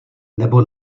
nebo